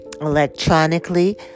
electronically